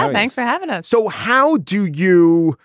um thanks for having us. so how do you.